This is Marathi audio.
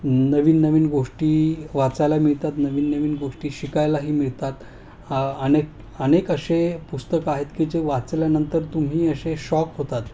नवीन नवीन गोष्टी वाचायला मिळतात नवीन नवीन गोष्टी शिकायलाही मिळतात अनेक अनेक असे पुस्तकं आहेत की जे वाचल्यानंतर तुम्ही असे शॉक होतात